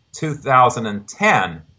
2010